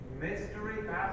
Mystery